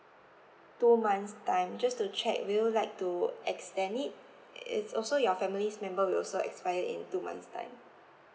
two months time just to check would you like to extend it it's also your family's member will also expire in two months time